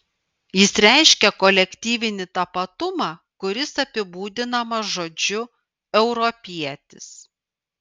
jis reiškia kolektyvinį tapatumą kuris apibūdinamas žodžiu europietis